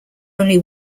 only